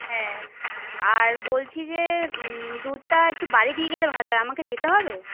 হ্যাঁ আর বলছি যে দুধটা একটু বাড়ি দিয়ে গেলে ভালো হয় আমাকে যেতে হবে